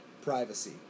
privacy